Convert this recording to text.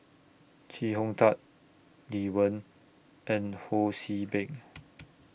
Chee Hong Tat Lee Wen and Ho See Beng